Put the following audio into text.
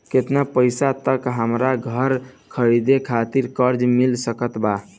केतना पईसा तक हमरा घर खरीदे खातिर कर्जा मिल सकत बा?